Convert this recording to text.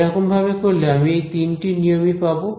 এরকম ভাবে করলে আমি এই তিনটি নিয়মই পাব